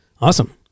Awesome